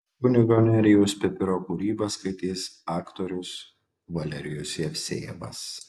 kunigo nerijaus pipiro kūrybą skaitys aktorius valerijus jevsejevas